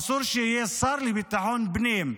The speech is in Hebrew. אסור שיהיה שר לביטחון פנים.